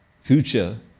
future